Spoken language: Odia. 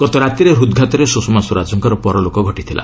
ଗତରାତିରେ ହୃଦ୍ଘାତରେ ସୁଷମା ସ୍ୱରାଜଙ୍କର ପରଲୋକ ଘଟିଥିଲା